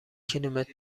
کیلومتر